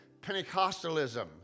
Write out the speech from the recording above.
Pentecostalism